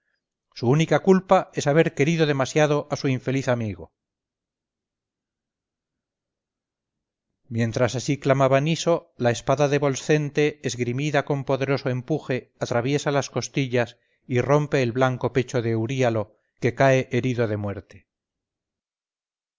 su única culpa es haber querido demasiado a su infeliz amigo mientras así clamaba niso la espada de volscente esgrimida con poderoso empuje atraviesa las costillas y rompe el blanco pecho de euríalo que cae herido de muerte